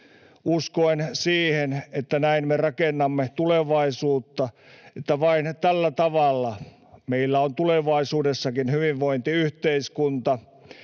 uskoen siihen, että näin me rakennamme tulevaisuutta, että vain tällä tavalla meillä on tulevaisuudessakin hyvinvointiyhteiskunta